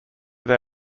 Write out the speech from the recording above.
they